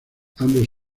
ambos